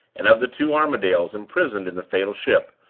and of the two armadales imprisoned in the fatal ship,